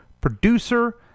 producer